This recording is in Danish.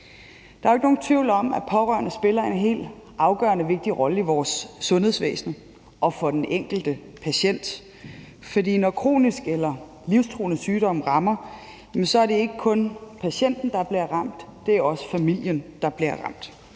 Der er jo ikke nogen tvivl om, at pårørende spiller en helt afgørende vigtig rolle i vores sundhedsvæsen og for den enkelte patient, for når kronisk eller livstruende sygdom rammer, er det ikke kun patienten, der bliver ramt, det er også familien, der bliver ramt.